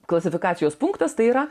klasifikacijos punktas tai yra